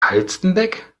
halstenbek